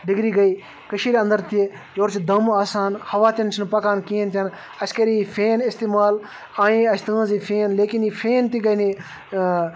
degree گٔیے کٔشیٖرِ اندر تہِ یورٕ چھِ دَم آسان ہوا تِن چھِنہٕ پکان کِہیٖنۍ تہِ نہٕ اَسہِ کَرے فین استعمال آنے اَسہِ تُہٕنٛز یہِ فین لیکن یہِ فین تہِ گٔیے نہٕ ییٚتہِ